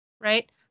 Right